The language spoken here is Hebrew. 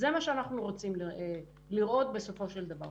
זה מה שאנחנו רוצים לראות בסופו של דבר.